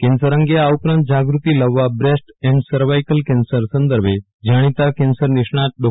cancer અંગે આ ઉપરાંત જાગૃતિ લાવવા બ્રેસ્ટ એન્ડ સર્વાઈકલ કેન્સર સંદર્ભે જાણીતા કેન્સરનિષ્ણાંત ડો